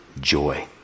joy